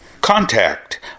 Contact